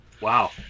Wow